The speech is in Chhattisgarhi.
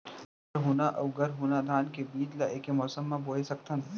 का हरहुना अऊ गरहुना धान के बीज ला ऐके मौसम मा बोए सकथन?